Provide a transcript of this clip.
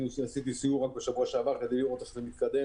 ערכתי סיור בשבוע שעבר כדי לראות איך זה מתקדם.